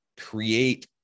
create